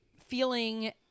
feeling